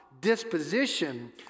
disposition